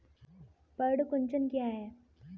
पर्ण कुंचन क्या है?